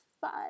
fun